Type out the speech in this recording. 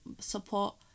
support